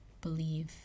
believe